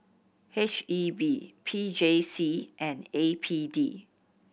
H E B P J C and A P D